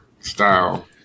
style